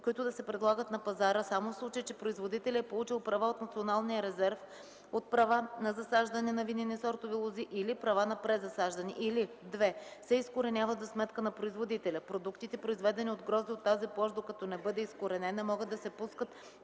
които да се предлагат на пазара само в случай, че производителят е получил права от Националния резерв от права на засаждане на винени сортове лози или права на презасаждане, или; 2. се изкореняват за сметка на производителя; продуктите, произведени от грозде от тази площ, докато не бъде изкоренена, могат да се пускат